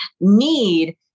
need